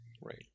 Right